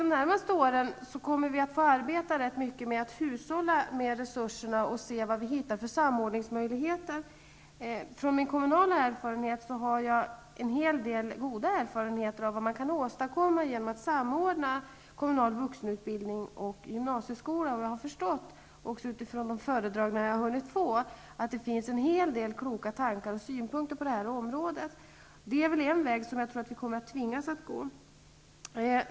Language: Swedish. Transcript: De närmaste åren kommer vi att få arbeta rätt mycket med att hushålla med resurserna och se vilka samordningsmöjligheter vi hittar. Genom min kommunala bakgrund har jag en hel del goda erfarenheter av vad man kan åstadkomma genom att samordna kommunal vuxenutbildning och gymnasieskola. Jag har också förstått, utifrån de föredragningar jag har hunnit ta del av, att det finns en hel del kloka tankar och synpunkter på detta område. Samordning är en väg som jag tror att vi kommer att tvingas att gå.